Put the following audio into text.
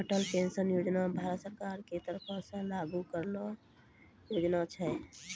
Atal pension योजना भारत सरकारो के तरफो से लागू करलो योजना छै